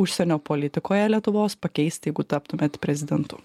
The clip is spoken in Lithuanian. užsienio politikoje lietuvos pakeisti jeigu taptumėt prezidentu